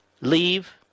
Leave